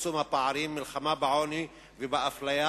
צמצום הפערים ומלחמה בעוני ובאפליה